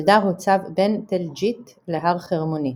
אלדר הוצב בין תל ג'ית להר חרמונית.